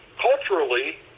Culturally